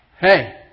Hey